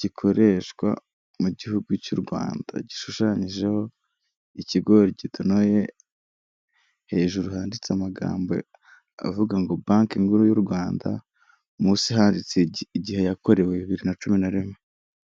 gikoreshwa mu gihugu cy'u Rwanda, gishushanyijeho ikigori gitonoye, hejuru handitse amagambo avuga ngo banki nkuru y'u Rwanda, munsi handitse igihe yakorewe bibiri na cumi na rimwe.